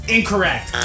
Incorrect